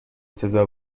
سزا